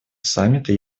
саммита